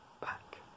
back